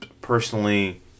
Personally